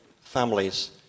families